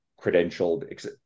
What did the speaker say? credentialed